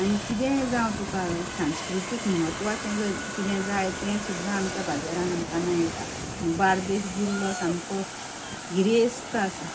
आनी कितें जावं तुका सांस्कृतीक म्हत्वाचें जर कितें जाय तें सुद्दां आमच्या बाजारांत आमकां मेळटा बार्देश जिल्लो सामको गिरेस्त आसा